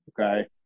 okay